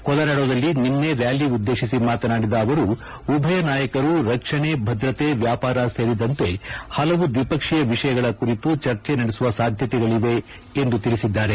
ಕೊಲೊರ್ನಾಡೋದಲ್ಲಿ ನಿನ್ನೆ ರ್ನಾಲಿ ಉದ್ಲೇಶಿಸಿ ಮಾತನಾಡಿದ ಅವರು ಉಭಯ ನಾಯಕರು ರಕ್ಷಣೆ ಭದ್ರತೆ ವ್ನಾಪಾರ ಸೇರಿದಂತೆ ಹಲವು ದ್ವಿಪಕ್ಷೀಯ ವಿಷಯಗಳ ಕುರಿತು ಚರ್ಚೆ ನಡೆಸುವ ಸಾಧ್ಯತೆಗಳಿವೆ ಎಂದು ತಿಳಿಸಿದ್ದಾರೆ